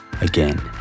again